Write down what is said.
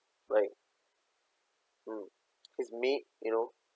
like mm his maid you know